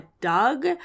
Doug